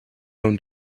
own